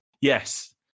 yes